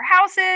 houses